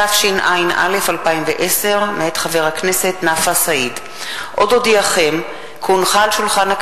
התשע”א 2010, מאת חברי הכנסת זאב בוים, שלמה מולה